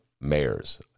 mayors